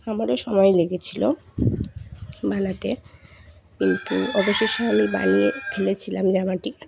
আমারও সময় লেগেছিলো বানাতে কিন্তু অবশেষে আমি বানিয়ে ফেলেছিলাম জামাটি